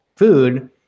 food